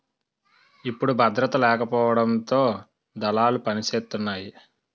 ఇప్పుడు భద్రత లేకపోవడంతో దళాలు పనిసేతున్నాయి